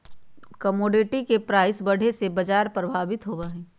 commodity के price बढ़े से बाजार प्रभावित होबा हई